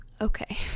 Okay